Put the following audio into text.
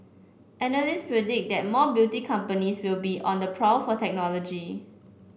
analysts predict that more beauty companies will be on the prowl for technology